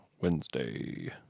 Wednesday